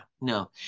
no